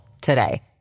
today